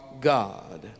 God